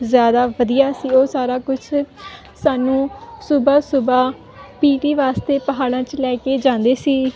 ਜ਼ਿਆਦਾ ਵਧੀਆ ਸੀ ਉਹ ਸਾਰਾ ਕੁਛ ਸਾਨੂੰ ਸੁਬਹਾ ਸੁਬਹਾ ਪੀਟੀ ਵਾਸਤੇ ਪਹਾੜਾਂ 'ਚ ਲੈ ਕੇ ਜਾਂਦੇ ਸੀ